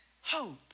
Hope